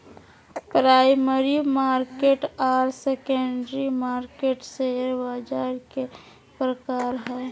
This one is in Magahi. प्राइमरी मार्केट आर सेकेंडरी मार्केट शेयर बाज़ार के प्रकार हइ